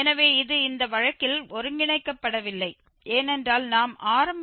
எனவே இது இந்த வழக்கில் ஒருங்கிணைக்கப்படவில்லை ஏனென்றால் நாம் ஆரம்ப யூகத்தை 0